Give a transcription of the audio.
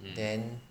then